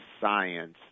science